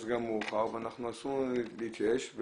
אז גם מאוחר ואסור לנו להתייאש.